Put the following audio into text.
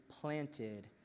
planted